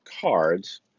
cards